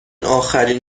آخرین